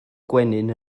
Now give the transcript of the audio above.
gwenyn